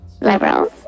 liberals